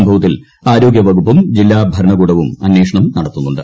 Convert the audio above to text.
സംഭവത്തിൽ ആരോഗ്യ വകുപ്പും ജില്ലാ ഭരണകൂടവും അന്വേഷണം നടത്തുന്നുണ്ട്